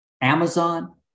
Amazon